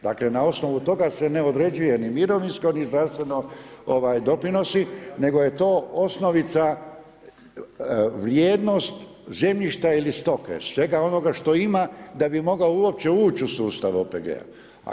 Dakle, na osnovu toga se ne određuje ni mirovinsko, ni zdravstveno, ovaj, doprinosi, nego je to osnovica vrijednost zemljišta ili stoke, svega onoga što ima, da bi mogao uopće ući u sustav OPG-a.